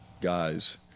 guys